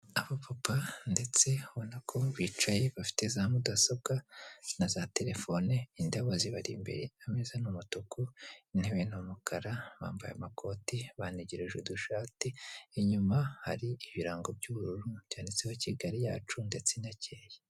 Aba papa ndetse ubona ko bicaye bafite za mudasobwa na za telefone, indabo zibari imbere ameza n'umutukutebe n'umukara, bambaye amakoti banigirije udushati, inyuma hari ibirango by'ubururu byanditseho kigali yacu ndetse inakeye.